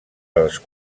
als